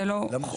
זה לא מחודד.